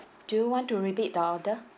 do you want to repeat the order